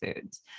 foods